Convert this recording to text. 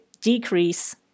decrease